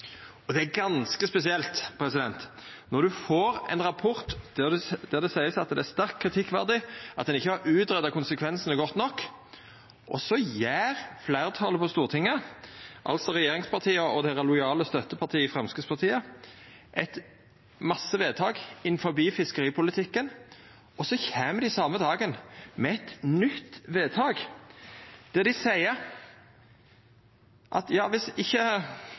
Det er ganske spesielt: Ein får ein rapport der det vert sagt at det er sterkt kritikkverdig, at ein ikkje har greidd ut konsekvensane godt nok, og så gjer fleirtalet på Stortinget, altså regjeringspartia og deira lojale støtteparti, Framstegspartiet, mange vedtak i samband med fiskeripolitikken, og så kjem dei same dagen med eit nytt vedtak, der dei seier at dersom ein vedtek ting i dag som me ikkje